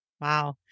Wow